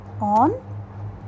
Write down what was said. on